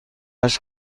هشت